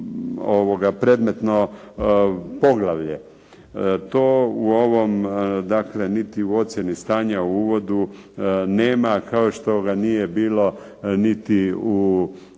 predmetno poglavlje. To u ovom, dakle niti u ocjeni stanja u uvodu nema kao što ga nije bilo niti u